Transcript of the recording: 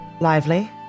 lively